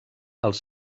als